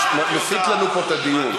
ומסיט לנו פה את הדיון.